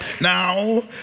now